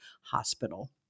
hospital